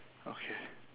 okay